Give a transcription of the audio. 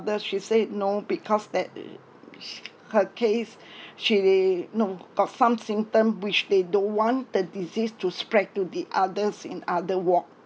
she said no because that sh~ her case she know got some symptom which they don't want the disease to spread to the others in other ward